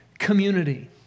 community